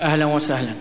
אהלן וסהלן.